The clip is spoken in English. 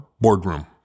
boardroom